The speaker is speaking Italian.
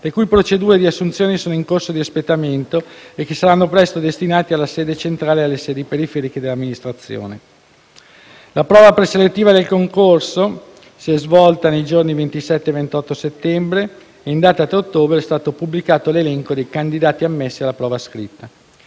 le cui procedure di assunzione sono in corso di espletamento e che saranno presto destinati alla sede centrale e alle sedi periferiche dell'Amministrazione. La prova preselettiva del concorso si è svolta nei giorni 27 e 28 settembre e in data 3 ottobre, è stato pubblicato l'elenco dei candidati ammessi alla prova scritta.